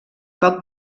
poc